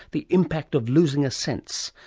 the impact of losing a sense,